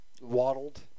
Waddled